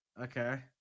Okay